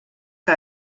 que